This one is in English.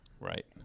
Right